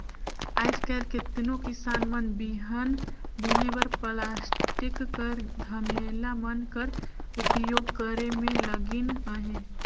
आएज काएल केतनो किसान मन बीहन बुने बर पलास्टिक कर धमेला मन कर उपियोग करे मे लगिन अहे